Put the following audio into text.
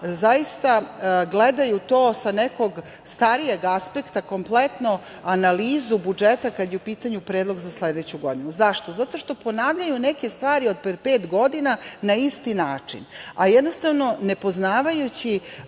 zaista gledaju to sa nekog starijeg aspekta, kompletnu analizu budžeta kada je u pitanju predlog za sledeću godinu.Zašto? Zato što ponavljaju neke stvari od pre pet godina na isti način, a ne poznavajući